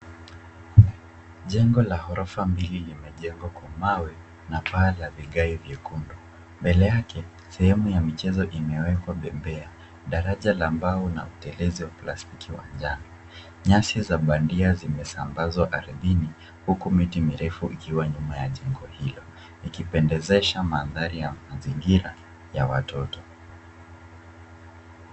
Jengo la ghorofa mbili limejengwa kwa mawe na paa la vigae vyekundu. Mbele yake, sehemu ya michezo imewekwa bembea. Daraja la mbao na utelezi n´wa plastiki wa njano. Nyasi za bandia zimesambazwa ardhini huku miti mirefu ikiwa nyuma ya jengo hilo ikipendezesha mandhari ya mazingira ya watoto.